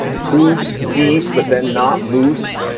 goose geese. but then not moose.